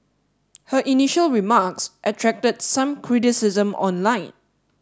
her initial remarks attracted some criticism online